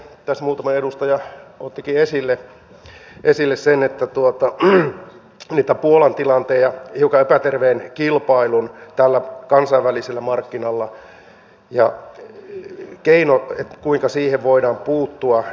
tässä muutama edustaja ottikin esille tämän puolan tilanteen ja hiukan epäterveen kilpailun näillä kansainvälisillä markkinoilla ja keinot kuinka siihen voidaan puuttua